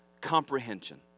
comprehension